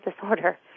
disorder